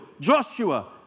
Joshua